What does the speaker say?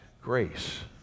grace